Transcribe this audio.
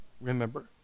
remember